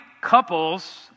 couples